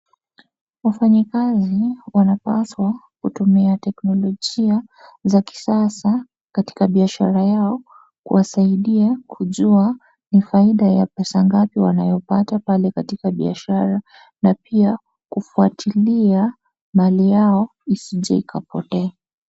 Wafanyakazi wanapaswa kutumia teknolojia za kisasa katika biashara yao kuwasaidia kujua ni faida ya pesa ngapi wanayopata pale katika biashara na pia kufuatilia mali yao isije ikapotea.